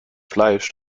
fleisch